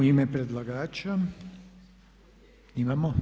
U ime predlagača, imamo?